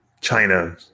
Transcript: China